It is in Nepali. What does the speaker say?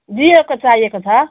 जियोको चाहिएको छ